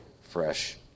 fresh